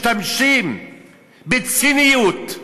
משתמשים בציניות,